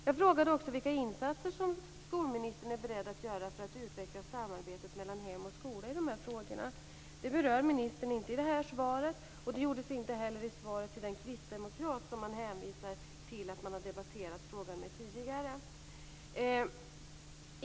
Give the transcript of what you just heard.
Jag frågade också vilka insatser skolministern är beredd att göra för att utveckla samarbetet mellan hem och skola i de här frågorna. Det berör ministern inte i det här svaret, och det gjordes inte heller i svaret till den kristdemokrat som man hänvisar till att man har debatterat frågan med tidigare.